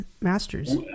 masters